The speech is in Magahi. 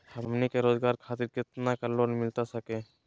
हमनी के रोगजागर खातिर कितना का लोन मिलता सके?